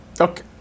Okay